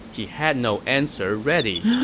he had no answer ready.